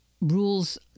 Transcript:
rules